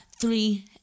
three